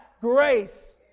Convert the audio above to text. grace